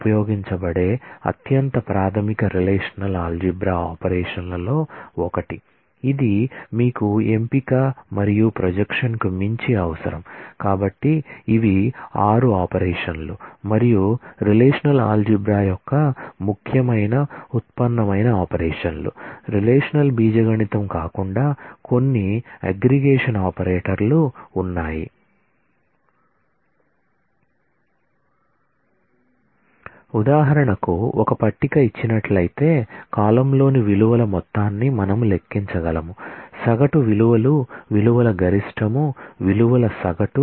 ఉదాహరణకు ఒక టేబుల్ ఇచ్చినట్లయితే కాలమ్లోని విలువల మొత్తాన్ని మనం లెక్కించగలము సగటు విలువలు విలువల గరిష్టం విలువల సగటు